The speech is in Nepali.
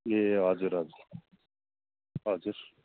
ए हजुर हजुर हजुर